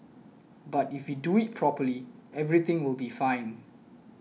but if you do it properly everything will be fine